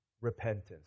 repentance